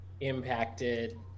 impacted